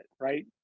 right